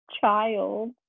child